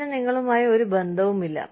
അതിന് നിങ്ങളുമായി ഒരു ബന്ധവുമില്ല